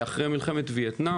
אחרי מלחמת ויאטנם